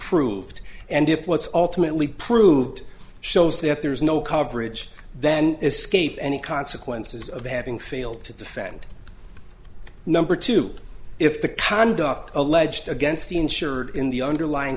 proved and if what's alternately proved shows that there is no coverage then escape any consequences of having failed to defend number two if the conduct alleged against the insurer in the underlying